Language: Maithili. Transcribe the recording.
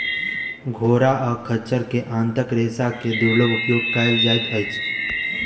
घोड़ा आ खच्चर के आंतक रेशा के दुर्लभ उपयोग कयल जाइत अछि